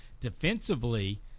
Defensively